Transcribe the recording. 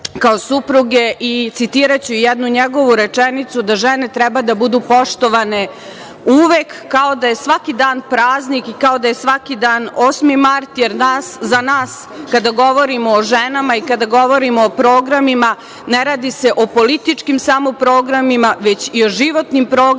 kao supruge. Citiraću jednu njegovu rečenicu – da žene treba da budu poštovane uvek kao da je svaki dan praznik i kao da je svaki dan 8. mart, jer za nas, kada govorimo o ženama i kada govorimo o programima, ne radi se o političkim samo programima, već i o životnim programima